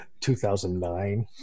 2009